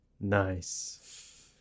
Nice